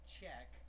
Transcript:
check